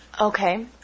Okay